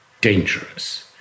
dangerous